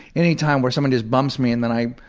any time where somebody just bumps me and then i